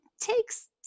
takes